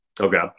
okay